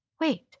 Wait